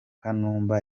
kanumba